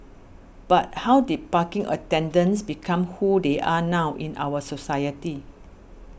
but how did parking attendants become who they are now in our society